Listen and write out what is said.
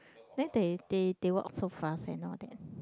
then they they they walk so fast and all that